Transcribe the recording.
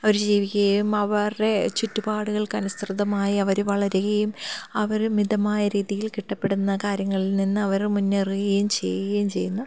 അവർ ജീവിക്കുകയും അവരുടെ ചുറ്റുപാടുകൾക്ക് അനസൃതമായി അവർ വളരുകയും അവർ മിതമായ രീതിയിൽ കിട്ടപ്പെടുന്ന കാര്യങ്ങളിൽ നിന്ന് അവർ മുന്നേറുകയും ചെയ്യുകയും ചെയ്യുന്നു